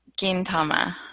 Gintama